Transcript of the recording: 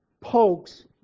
pokes